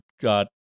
got